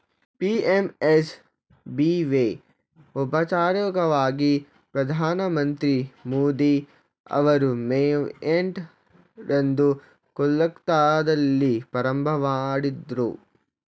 PMSBY ಔಪಚಾರಿಕವಾಗಿ ಪ್ರಧಾನಮಂತ್ರಿ ಮೋದಿ ಅವರು ಮೇ ಎಂಟ ರಂದು ಕೊಲ್ಕತ್ತಾದಲ್ಲಿ ಪ್ರಾರಂಭಮಾಡಿದ್ರು